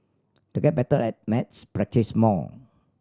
to get better at maths practise more